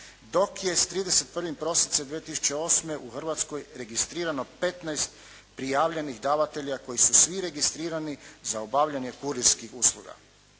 Dok je s 31. prosincem 2008. u Hrvatskoj registrirano 15 prijavljenih davatelja koji su svi registrirani za obavljanje kurirskih usluga,